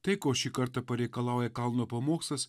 tai ko šį kartą pareikalauja kalno pamokslas